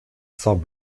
saint